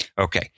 Okay